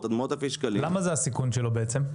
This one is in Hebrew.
עד מאות אלפי שקלים --- למה זה הסיכון שלו בעצם?